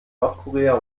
nordkorea